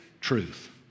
truth